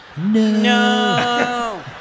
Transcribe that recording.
No